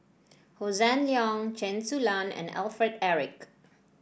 Hossan Leong Chen Su Lan and Alfred Eric